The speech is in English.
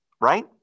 right